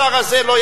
השר הזה לא,